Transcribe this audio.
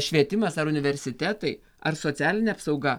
švietimas ar universitetai ar socialinė apsauga